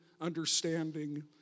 understanding